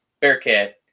Bearcat